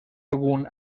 algun